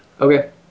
Okay